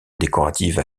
décorative